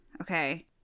Okay